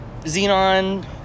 Xenon